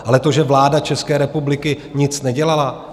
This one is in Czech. Ale to, že vláda České republiky nic nedělala?